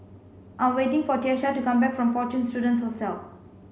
I'm waiting for Tiesha to come back from Fortune Students Hostel